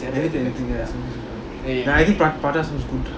ya I think pra~ prata sounds good